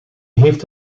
heeft